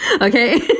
Okay